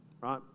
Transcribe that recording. right